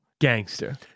Gangster